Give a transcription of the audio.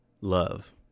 love